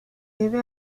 debe